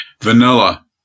Vanilla